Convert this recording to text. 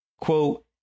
quote